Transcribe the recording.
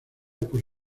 por